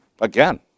again